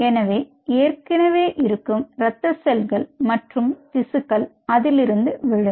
எனவே ஏற்கனவே இருக்கும் இரத்த செல்கள் மற்றும் திசுக்கள் அதிலிருந்து விழும்